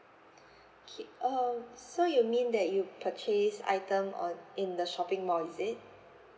okay uh so you mean that you purchase item on in the shopping mall is it